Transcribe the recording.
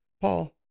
paul